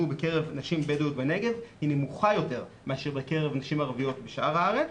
בקרב נשים בדואיות בנגב נמוכה יותר מאשר בקרב נשים ערביות בשאר הארץ